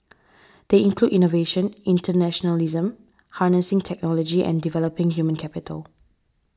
they include innovation internationalism harnessing technology and developing human capital